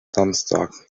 samstag